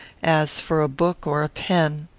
as for a book or a pen.